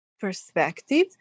perspective